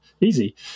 Easy